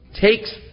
takes